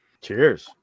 Cheers